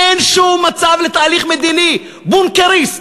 אין שום מצב לתהליך מדיני, בונקריסט.